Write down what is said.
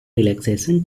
relaxation